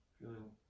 feeling